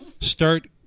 Start